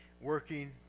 working